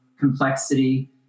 complexity